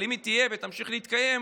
אם היא תהיה ותמשיך להתקיים,